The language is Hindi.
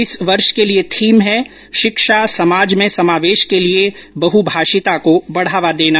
इस वर्ष के लिए थीम है शिक्षा समाज में समावेश के लिए बहुभाषिता को बढ़ावा देना